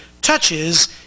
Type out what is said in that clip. touches